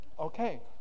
Okay